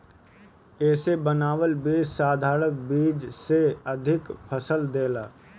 इसे बनावल बीज साधारण बीज से अधिका फसल देला